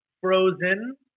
Frozen